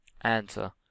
answer